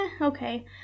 okay